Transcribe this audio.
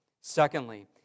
Secondly